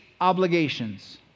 obligations